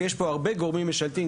ויש פה הרבה גורמים משלטים,